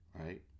right